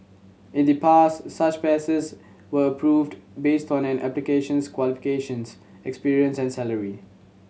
in the past such passes were approved based on an applications qualifications experience and salary